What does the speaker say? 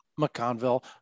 McConville